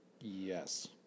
Yes